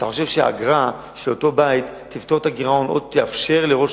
אתה חושב שהאגרה של אותו בית תפתור את הגירעון או תאפשר לראש